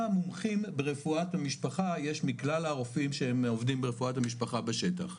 מומחים ברפואת משפחה יש מכלל הרופאים שעובדים ברפואת המשפחה בשטח.